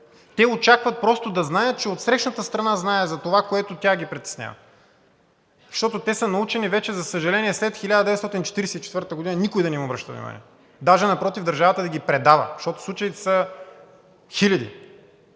Те очакват просто да знаят, че отсрещната страна знае за това, което тях ги притеснява. Защото са научени вече, за съжаление, след 1944 г. никой да не им обръща внимание – даже напротив, държавата да ги предава, защото случаите са хиляди.